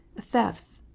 thefts